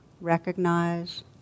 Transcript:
recognize